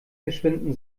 verschwinden